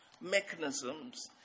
mechanisms